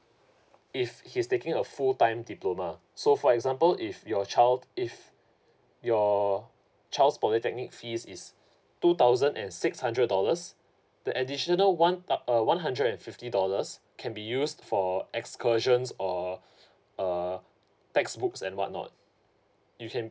if he is taking a full time diploma so for example if your child if your child's polytechnic fees is two thousand and six hundred dollars the additional one uh one hundred and fifty dollars can be used for excursions or uh textbooks and what not you can